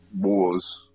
wars